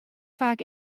faak